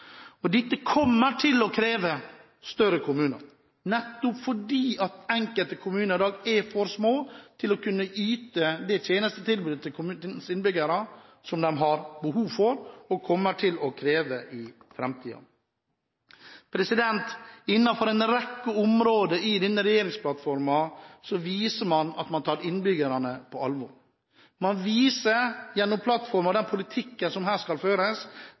for. Dette kommer til å kreve større kommuner, fordi enkelte kommuner i dag er for små til å kunne yte det tjenestetilbudet som kommunens innbyggere har behov for, og som de kommer til å kreve i framtiden. Innenfor en rekke områder i denne regjeringsplattformen viser man at man tar innbyggerne på alvor. Man viser gjennom plattformen den politikken som skal føres,